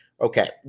Okay